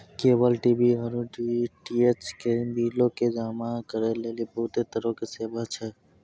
cable TV आरु DTH के बिलो के जमा करै लेली बहुते तरहो के सेवा छै